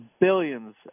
billions